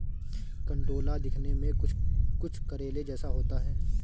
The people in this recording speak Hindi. कंटोला दिखने में कुछ कुछ करेले जैसा होता है